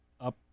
up